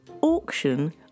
auction